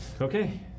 Okay